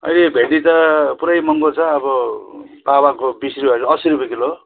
अहिले भेन्डी त पुरै महँगो छ अब पावाको बिस रुपियाँ गरी असी रुपियाँ किलो हो